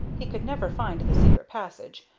he could never find the secret passage,